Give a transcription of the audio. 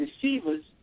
Deceivers